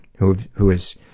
who've who has